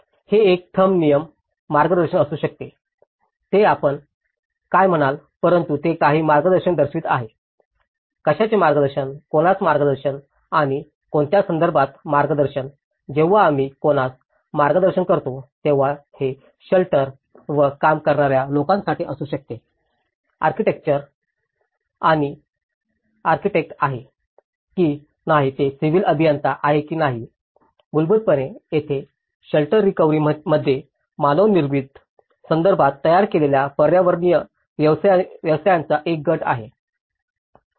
हे एक थम्ब नियम मार्गदर्शन असू शकते ते आपण काय म्हणाल परंतु ते काही मार्गदर्शन दर्शवित आहे कशाचे मार्गदर्शन कोणास मार्गदर्शन आणि कोणत्या संदर्भात मार्गदर्शन जेव्हा आम्ही कोणास मार्गदर्शन करतो तेव्हा हे शेल्टर वर काम करणार्या लोकांसाठी असू शकते आर्किटेक्ट आहे की नाही हे सिव्हिल अभियंता आहे की नाही मूलभूतपणे तेथे शेल्टर रिकव्हरी मध्ये मानवनिर्मित संदर्भात तयार केलेल्या पर्यावरणीय व्यवसायांचा एक गट आहे